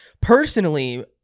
personally